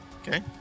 Okay